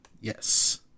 Yes